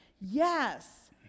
Yes